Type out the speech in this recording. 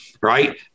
Right